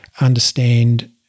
understand